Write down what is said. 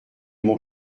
mon